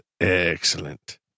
excellent